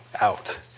out